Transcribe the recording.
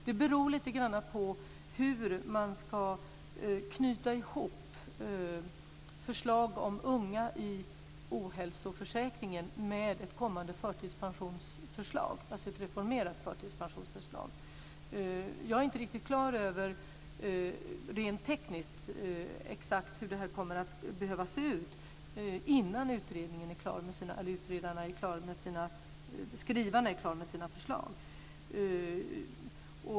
Det beror lite grann på hur man ska knyta ihop förslag om unga i ohälsoförsäkringen med ett kommande, reformerat förtidspensionsförslag. Jag är inte riktigt klar över exakt hur detta kommer att behöva se ut rent tekniskt innan utredarna är klara med sina förslag.